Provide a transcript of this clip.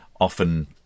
often